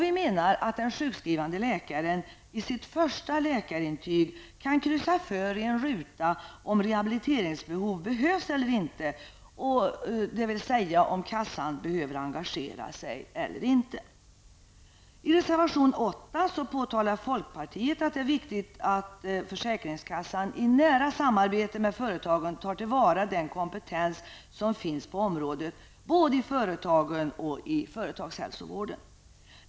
Vi menar att den sjukskrivande läkaren i sitt första läkarintyg kan kryssa för i en ruta om ett rehabiliteringsbehov, där kassan behöver engagera sig, föreligger eller ej. I reservation 8 påtalar folkpartiet att det är viktigt att försäkringskassan i nära samarbete med företagen tar till vara den kompetens som finns på området, såväl i företagen som inom företagshälsovården.